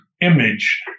image